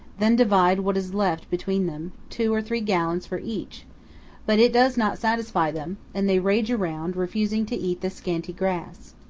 then divide what is left between them two or three gallons for each but it does not satisfy them, and they rage around, refusing to eat the scanty grass.